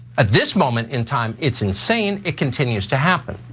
at this moment in time, it's insane. it continues to happen.